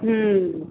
হুম